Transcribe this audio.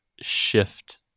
shift